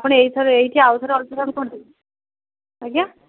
ଆପଣ ଏଇ ଥରେ ଏଇଠି ଆଉଥରେ ଅଲ୍ଟ୍ରାସାଉଣ୍ଡ୍ କରିଦିଅନ୍ତୁ ଆଜ୍ଞା